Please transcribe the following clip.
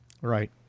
Right